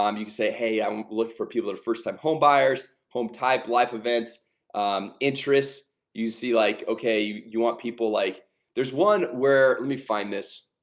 um you say hey, i'm looking for people to first-time homebuyers home type life events interests you see like okay. you want people like there's one where let me find this